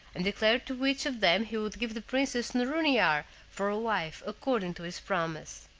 and declare to which of them he would give the princess nouronnihar for a wife, according to his promise.